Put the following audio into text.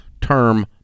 term